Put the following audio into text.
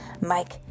Mike